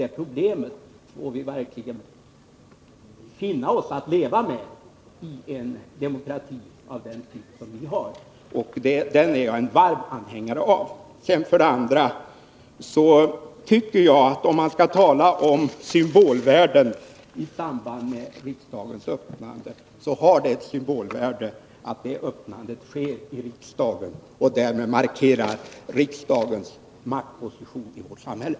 Detta ”problem” får vi verkligen finna oss i att leva med i en demokrati av den typ som vi har och denna demokrati är jag en varm anhängare av. Om man skall tala om symbolvärden i samband med riksmötets öppnande, tycker jag att det har ett symbolvärde att detta öppnande sker i riksdagen och därmed markerar riksdagens maktposition i vårt samhälle.